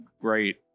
great